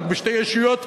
רק בשתי ישויות נפרדות,